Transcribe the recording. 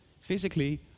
Physically